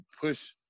push